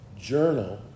journal